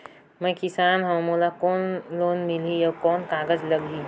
मैं किसान हव मोला कौन लोन मिलही? अउ कौन कागज लगही?